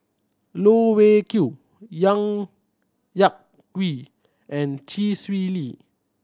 Loh Wei Kiew Yak Whee and Chee Swee Lee